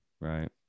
right